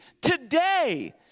today